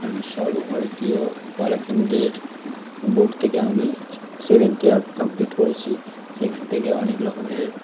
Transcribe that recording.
আমি সর্বভারতীয় কলাকেন্দ্রের বোর্ড থেকে আমি সেভেনথ ইয়ার কমপ্লিট করেছি সেইখান থেকে অনেকরকমের